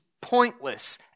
pointless